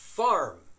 farm